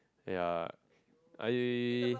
yeah I we